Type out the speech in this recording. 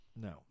No